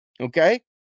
Okay